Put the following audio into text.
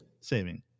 Saving